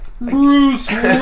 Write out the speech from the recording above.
Bruce